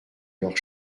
leurs